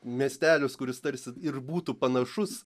miestelis kuris tarsi ir būtų panašus